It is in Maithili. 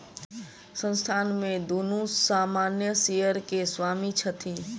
संस्थान में दुनू सामान्य शेयर के स्वामी छथि